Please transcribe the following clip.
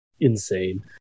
insane